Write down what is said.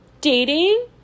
dating